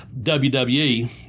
WWE